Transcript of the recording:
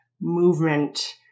movement